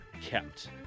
kept